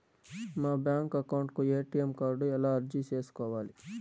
మా bank account కు ATM card ఎలా అర్జీ సేసుకోవాలి?